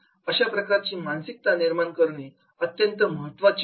अशा प्रकारची मानसिकता निर्माण करणं अत्यंत महत्त्वाचे आहे